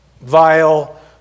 vile